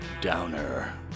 downer